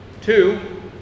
Two